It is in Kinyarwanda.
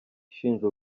ishinja